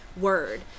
word